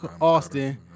Austin